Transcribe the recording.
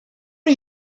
are